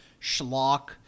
schlock